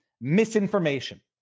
Misinformation